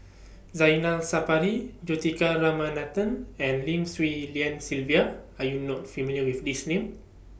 Zainal Sapari Juthika Ramanathan and Lim Swee Lian Sylvia Are YOU not familiar with These Names